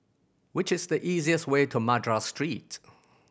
which is the easiest way to Madras Street